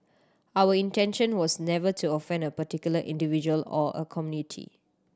our intention was never to offend a particular individual or a community